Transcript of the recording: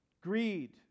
greed